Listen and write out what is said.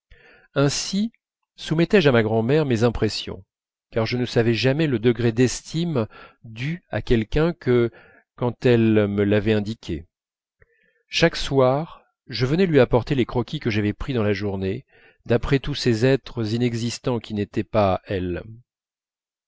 ainsi soumettais je à ma grand'mère mes impressions car je ne savais jamais le degré d'estime dû à quelqu'un que quand elle me l'avait indiqué chaque soir je venais lui apporter les croquis que j'avais pris dans la journée d'après tous ces êtres inexistants qui n'étaient pas elle